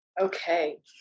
Okay